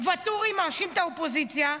ואטורי מאשים את האופוזיציה.